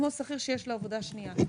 כמו שכיר שיש לו עבודה שנייה,